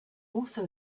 also